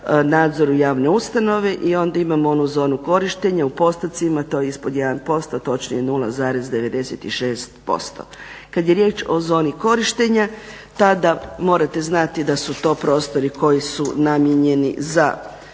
nadzoru javne ustanove. I onda imamo onu zonu korištenja, u postupcima to je ispod 1%, točnije 0,96%. Kad je riječ o zoni korištenja tada morate znati da su to prostori koji su namijenjeni za